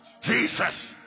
Jesus